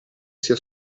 sia